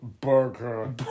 burger